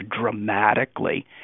dramatically